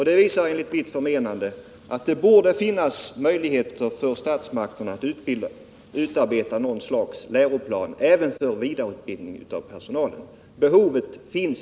Det visar enligt mitt förmenande att det borde finnas anledning för statsmakterna att utarbeta något slags läroplan även för vidareutbildning av personalen. Behovet finns.